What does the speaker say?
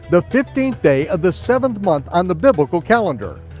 the fifteenth day of the seventh month on the biblical calendar.